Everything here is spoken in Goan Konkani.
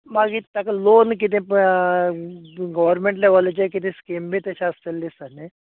मागीर ताका लोन किदें पळय गर्वमेंट लेवलाचेर किदें स्किम बिन तशें आसतलें दिसतां न्हय